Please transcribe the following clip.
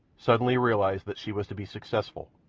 suddenly realized that she was to be successful,